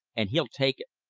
and he'll take it.